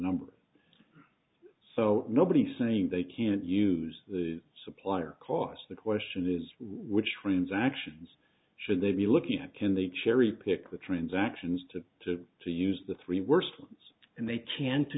number so nobody saying they can't use the supplier cause the question is which ones actions should they be looking at can they cherry pick the transactions to to to use the three worst ones and they can to